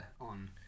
on